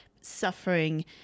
suffering